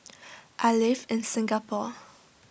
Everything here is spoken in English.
I live in Singapore